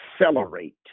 accelerate